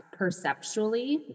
perceptually